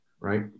right